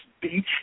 beach